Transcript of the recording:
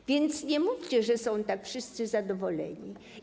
A więc nie mówcie, że są tak wszyscy zadowoleni.